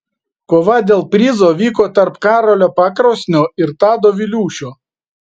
kova dėl prizo vyko tarp karolio pakrosnio ir tado viliūšio